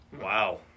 Wow